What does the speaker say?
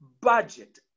budget